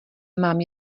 mám